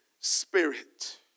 spirit